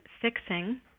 fixing